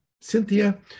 Cynthia